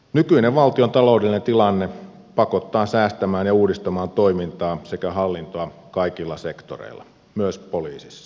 nykyinen valtiontaloudellinen tilanne pakottaa säästämään ja uudistamaan toimintaa sekä hallintoa kaikilla sektoreilla myös poliisissa